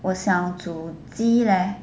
我想煮鸡 leh